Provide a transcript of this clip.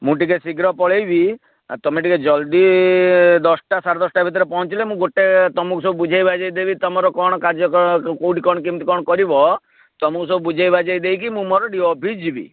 ମୁଁ ଟିକେ ଶୀଘ୍ର ପଳାଇବି ତମେ ଟିକେ ଜଲଦି ଦଶଟା ସାଢ଼େ ଦଶଟା ଭିତରେ ପହଞ୍ଚିଲେ ମୁଁ ଗୋଟେ ତମକୁ ସବୁ ବୁଝାଇବାଝେଇ ଦେବି ତମର କ'ଣ କାର୍ଯ୍ୟ କେଉଁଠି କ'ଣ କେମିତି କ'ଣ କରିବ ତମକୁ ସବୁ ବୁଝାଇବାଝେଇ ଦେଇକି ମୁଁ ମୋର ଡି ଓ ଅଫିସ୍ ଯିବି